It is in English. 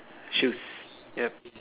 shoes yup